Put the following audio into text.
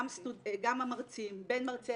גם המרצים, בין מרצה